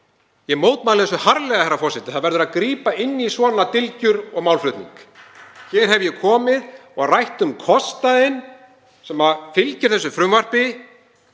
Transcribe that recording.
Ég mótmæli þessu harðlega, herra forseti. Það verður að grípa inn í svona dylgjur og málflutning. Hér hef ég komið og rætt um kostnaðinn sem fylgir þessu frumvarpi